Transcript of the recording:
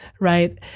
right